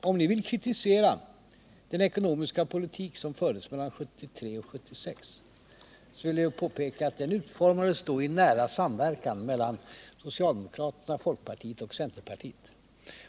Om ni vill kritisera den ekonomiska politik som fördes mellan 1973 och 1976, vill jag påpeka att den utformades i nära samverkan mellan socialdemokraterna, folkpartiet och centerpartiet.